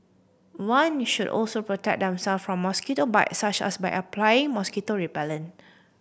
one should also protect themselves from mosquito bites such as by applying mosquito repellent